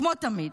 כמו תמיד,